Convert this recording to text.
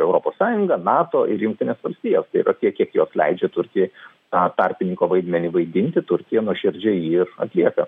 europos sąjunga nato ir jungtinės valstijos ir tiek kiek jos leidžia turkijai tą tarpininko vaidmenį vaidinti turkija nuoširdžiai jį ir atlieka